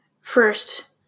first